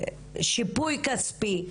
שיפוי כספי,